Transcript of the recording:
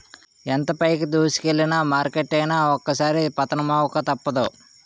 ఎంత పైకి దూసుకెల్లిన మార్కెట్ అయినా ఒక్కోసారి పతనమవక తప్పదు